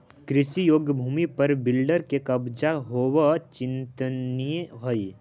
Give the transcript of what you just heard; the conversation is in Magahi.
कृषियोग्य भूमि पर बिल्डर के कब्जा होवऽ चिंतनीय हई